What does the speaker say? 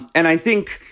and i think